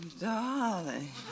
darling